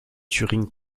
turing